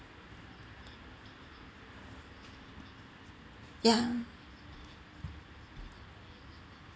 ya